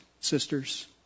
sisters